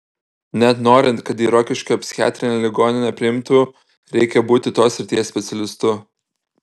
net norint kad į rokiškio psichiatrinę ligoninę priimtų reikia būti tos srities specialistu